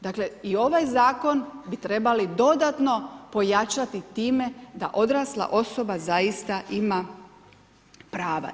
Dakle i ovaj zakon bi trebali dodatno pojačati time da odrasla osoba zaista ima prava.